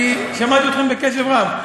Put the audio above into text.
אני שמעתי אתכם בקשב רב.